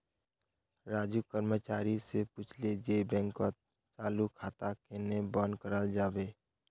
राजू कर्मचारी स पूछले जे बैंकत चालू खाताक केन न बंद कराल जाबे